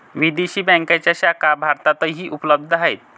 विदेशी बँकांच्या शाखा भारतातही उपलब्ध आहेत